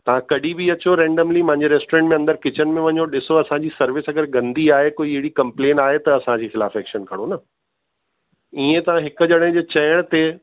तव्हां कॾहिं बि अचो रैंडमली मुंहिंजे रेस्टोरेंट में अंदरि किचन में वञो ॾिसो असांजी सर्विस अगरि गंदी आहे कोई अहिड़ी कंप्लेन आहे त असांजे खिलाफ़ एक्शन खणो न